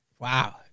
Wow